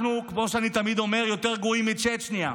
אנחנו, כמו שאני תמיד אומר, יותר גרועים מצ'צ'ניה.